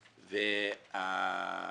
נישואים.